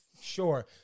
sure